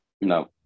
No